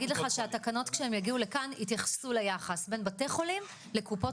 לך שהתקנות כשהן הגיעו לכאן התייחסו ליחס בין בתי חולים לקופות